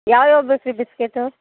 ಯಾವ್ಯಾವು ಬೇಕು ರೀ ಬಿಸ್ಕೆಟು